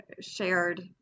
shared